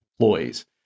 employees